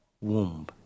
womb